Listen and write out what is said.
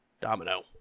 Domino